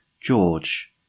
George